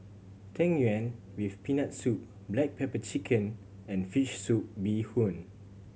Tang Yuen with Peanut Soup black pepper chicken and fish soup bee hoon